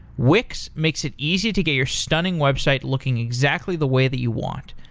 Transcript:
wix makes it easy to get your stunning website looking exactly the way that you want.